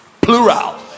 plural